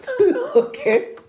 Okay